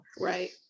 right